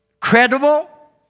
credible